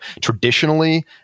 Traditionally